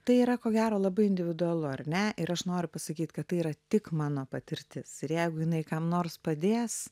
tai yra ko gero labai individualu ar ne ir aš noriu pasakyt kad tai yra tik mano patirtis ir jeigu jinai kam nors padės